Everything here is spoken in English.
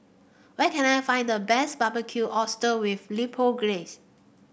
where can I find the best Barbecued Oyster with Chipotle Glaze